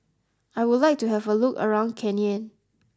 I would like to have a look around Cayenne